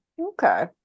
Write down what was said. okay